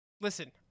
listen